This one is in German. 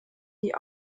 die